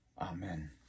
Amen